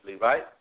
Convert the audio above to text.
right